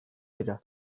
dira